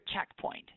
checkpoint